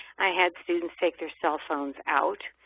i had students take their cell phones out.